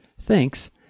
Thanks